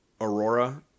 Aurora